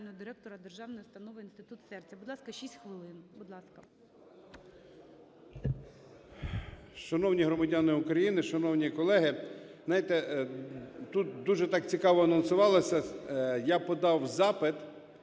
Державної установи "Інститут серця". Будь ласка, 6 хвилин. Будь ласка. 11:36:38 ШУРМА І.М. Шановні громадяни України! Шановні колеги! Знаєте, тут дуже так цікаво анонсувалось, я подав запит